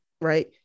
right